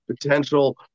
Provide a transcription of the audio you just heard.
potential